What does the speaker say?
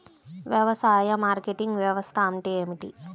వ్యవసాయ మార్కెటింగ్ వ్యవస్థ అంటే ఏమిటి?